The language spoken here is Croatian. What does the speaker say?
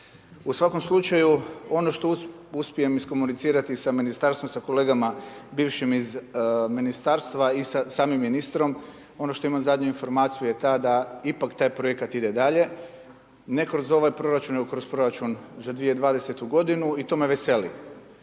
U svakom slučaju ono što uspijem iskomunicirati s Ministarstvom, sa kolegama bivšim iz Ministarstva i sa samim ministrom, ono što imam zadnju informaciju je ta da ipak taj projekat ide dalje, ne kroz ovaj proračun, nego kroz proračun za 2020.-tu godinu i to me veseli.